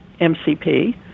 MCP